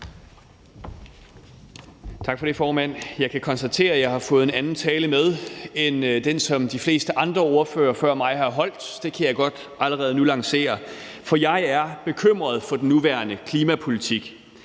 Tak for det, formand. Jeg kan konstatere, at jeg har fået en anden tale med end den, som de fleste andre ordførere før mig har holdt – det kan jeg godt allerede nu annoncere – for jeg er bekymret for den nuværende klimapolitik.